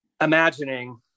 imagining